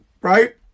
Right